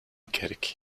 kerk